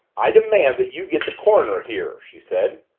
i demand that you get the coroner here, she said.